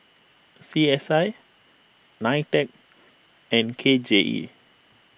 C S I Nitec and K J E